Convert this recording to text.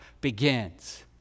begins